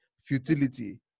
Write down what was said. futility